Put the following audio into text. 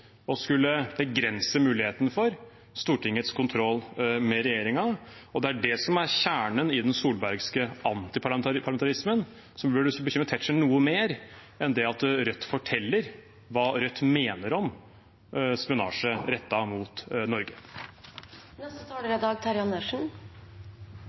skulle begrense muligheten for Stortingets kontroll med regjeringen. Det er det som er kjernen i den solbergske antiparlamentarismen, noe som burde bekymre Tetzschner noe mer enn det at Rødt forteller hva Rødt mener om spionasje rettet mot